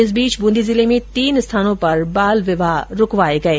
इस बीच बूंदी जिले में तीन स्थानों पर बाल विवाह रूकवाये गये